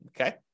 Okay